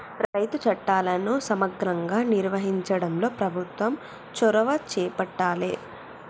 రైతు చట్టాలను సమగ్రంగా నిర్వహించడంలో ప్రభుత్వం చొరవ చేపట్టాలె